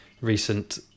recent